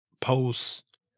posts